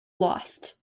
lost